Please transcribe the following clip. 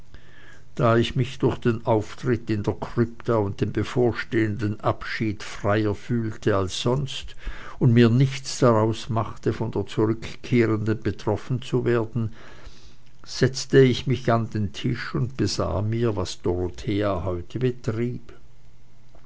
da ich mich durch den auftritt in der krypta und den bevorstehenden abschied freier fühlte als sonst und mir nichts daraus machte von der zurückkehrenden betroffen zu werden setzte ich mich an den tisch und besah mir was dorothea heute betrieb